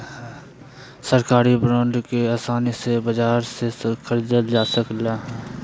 सरकारी बांड के आसानी से बाजार से ख़रीदल जा सकले हें